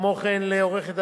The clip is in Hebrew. כמו כן לעורכת-הדין